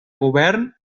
govern